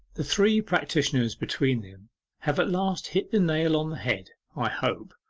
the three practitioners between them have at last hit the nail on the head, i hope.